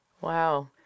Wow